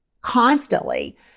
constantly